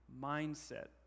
mindset